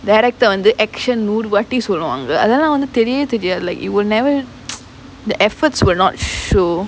director வந்து:vanthu action நூறு வாட்டி சொல்லுவாங்க அதலாம் வந்து தெரியவே தெரியாது:nooru vatti solluvaanga adalaam vanthu theriyavae theriyaathu like you will never the efforts will not show